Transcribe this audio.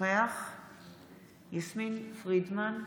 נוכח יסמין פרידמן,